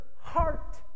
heart